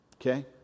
Okay